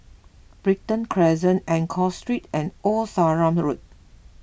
Brighton Crescent Enggor Street and Old Sarum Road